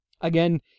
again